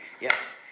Yes